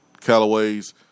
Callaway's